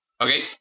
Okay